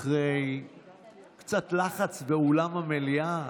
אחרי קצת לחץ באולם המליאה,